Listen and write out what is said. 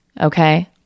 okay